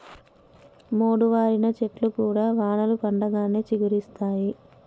మోడువారిన చెట్లు కూడా వానలు పడంగానే చిగురిస్తయి